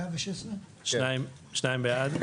הצבעה בעד, 2 נגד,